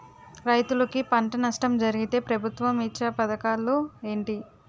రైతులుకి పంట నష్టం జరిగితే ప్రభుత్వం ఇచ్చా పథకాలు ఏంటి?